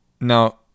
Now